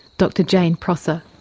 dr jane prosser.